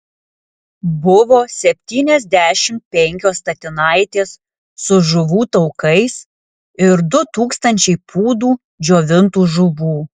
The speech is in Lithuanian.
buvo septyniasdešimt penkios statinaitės su žuvų taukais ir du tūkstančiai pūdų džiovintų žuvų